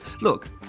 Look